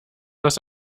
das